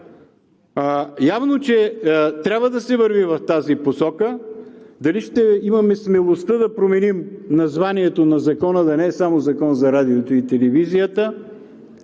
Явно, че трябва да се върви в тази посока – дали ще имаме смелостта да променим названието на Закона, да не е само Закон за радиото и телевизията,